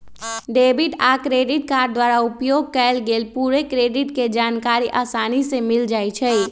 debit आ credit card द्वारा उपयोग कएल गेल पूरे क्रेडिट के जानकारी असानी से मिल जाइ छइ